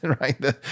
right